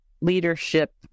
leadership